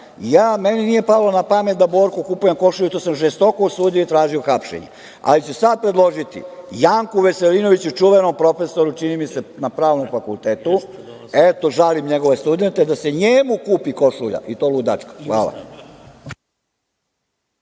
sako. Meni nije palo na pamet da Borku kupujem košulju i to sam žestoko od sudije tražio hapšenje, ali ću sad predložiti Janku Veselinoviću, čuvenom profesoru, čini mi se na Pravnom fakultetu, eto, žalim njegove studente, da se njemu kupi košulja, i to ludačka. Hvala.